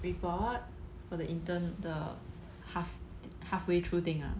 report for the intern 那个 half halfway through thing ah